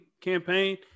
campaign